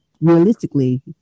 realistically